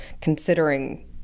considering